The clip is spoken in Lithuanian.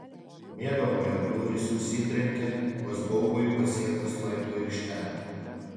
miegamojo durys užsitrenkė vos baubui pasiekus laiptų aikštelę